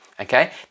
Okay